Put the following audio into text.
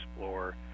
explore